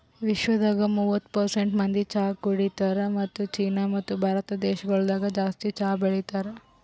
ವಿಶ್ವದಾಗ್ ಮೂವತ್ತು ಪರ್ಸೆಂಟ್ ಮಂದಿ ಚಹಾ ಕುಡಿತಾರ್ ಮತ್ತ ಚೀನಾ ಮತ್ತ ಭಾರತ ದೇಶಗೊಳ್ದಾಗ್ ಜಾಸ್ತಿ ಚಹಾ ಬೆಳಿತಾರ್